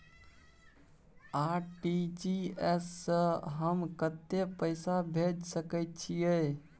RTG S स हम कत्ते पैसा भेज सकै छीयै?